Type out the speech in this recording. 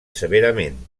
severament